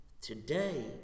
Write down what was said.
today